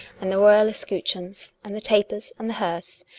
and the royal escutcheons and the tapers and the hearse,